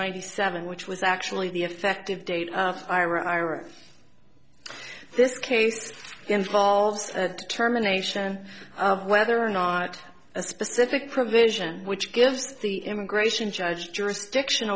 ninety seven which was actually the effective date this case involves a determination of whether or not a specific provision which gives the immigration judge jurisdiction